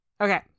Okay